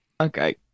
Okay